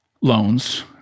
loans